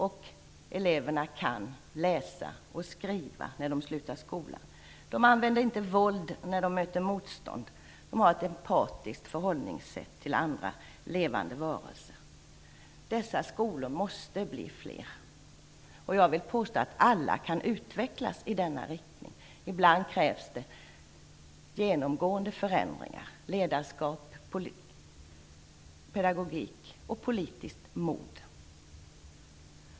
Och eleverna kan läsa och skriva när de slutar skolan, de använder inte våld när de möter motstånd och de har ett empatiskt förhållningssätt till andra levande varelser. Dessa skolor måste bli fler. Och jag vill påstå att alla kan utvecklas i denna riktning. Ibland krävs det genomgående förändringar, ledarskap, pedagogik och politiskt mod.